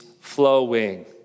flowing